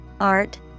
art